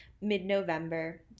mid-November